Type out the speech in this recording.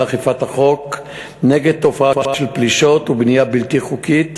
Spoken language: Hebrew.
אכיפת החוק נגד התופעה של פלישות ובנייה בלתי חוקית,